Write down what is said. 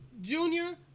junior